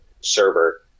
server